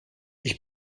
ich